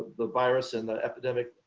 the virus and the epidemic.